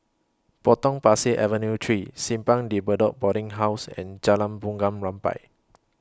Potong Pasir Avenue three Simpang De Bedok Boarding House and Jalan Bunga Rampai